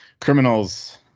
criminals